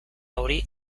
hori